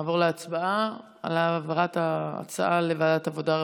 נעבור להצבעה על העברת ההצעה לוועדת העבודה,